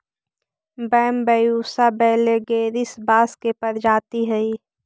Bambusa vulgaris बाँस के प्रजाति हइ